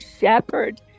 Shepherd